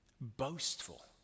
boastful